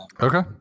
Okay